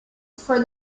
for